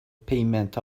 payment